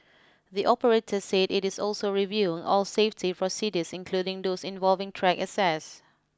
the operator said it is also reviewing all safety procedures including those involving track access